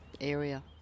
area